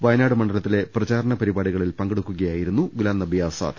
വയനാട് മണ്ഡലത്തിലെ പ്രചാരണ പരിപാടിക ളിൽ സംസാരിക്കുകയായിരുന്നു ഗുലാംനബി ആസാദ്